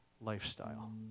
lifestyle